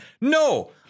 No